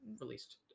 released